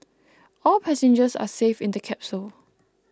all passengers are safe in the capsule